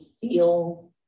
feel